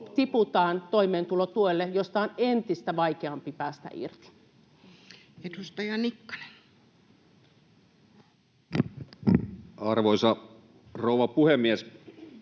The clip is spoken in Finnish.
tiputaan toimeentulotuelle, josta on entistä vaikeampi päästä irti. Edustaja Nikkanen. Arvoisa rouva puhemies!